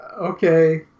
okay